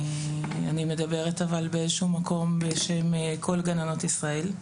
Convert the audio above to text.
אני מדברת באיזשהו מקום בשם כל גננות ישראל,